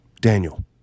Daniel